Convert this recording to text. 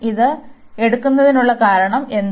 ഇത് എടുക്കുന്നതിനുള്ള കാരണം എന്താണ്